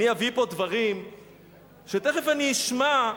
אני אביא פה דברים שתיכף אני אשמע,